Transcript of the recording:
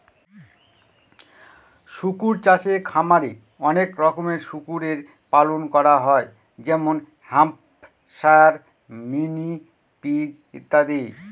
শুকর চাষে খামারে অনেক রকমের শুকরের পালন করা হয় যেমন হ্যাম্পশায়ার, মিনি পিগ ইত্যাদি